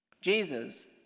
Jesus